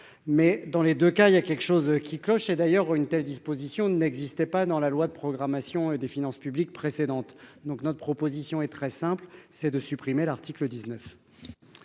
mais dans les 2 cas, il y a quelque chose qui cloche et d'ailleurs, une telle disposition n'existait pas dans la loi de programmation des finances publiques précédentes, donc notre proposition est très simple, c'est de supprimer l'article 19.